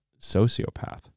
sociopath